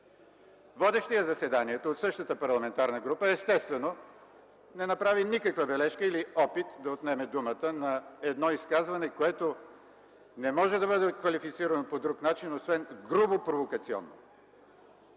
Водещият заседанието, от същата парламентарна група, естествено не направи никаква бележка или опит да отнеме думата на едно изказване, което не може да бъде квалифицирано по друг начин, освен грубо провокационно.